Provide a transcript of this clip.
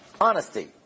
Honesty